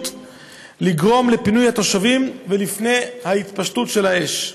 לגרום לפינוי התושבים לפני ההתפשטות של האש.